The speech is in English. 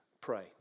pray